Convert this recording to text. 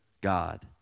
God